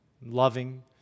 loving